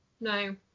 No